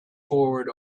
forward